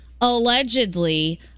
allegedly